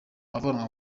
avanwa